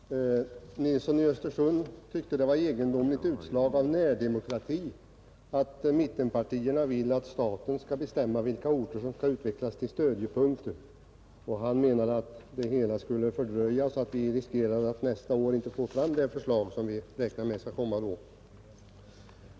Herr talman! Herr Nilsson i Östersund tyckte att det var ett egendomligt utslag av närdemokrati att mittenpartierna vill att staten skall bestämma vilka orter som skall utvecklas till stödjepunkter. Han menade vidare att det hela skulle fördröjas och att vi riskerar att nästa år inte få fram det förslag som vi räknar med skall komma då.